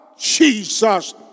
Jesus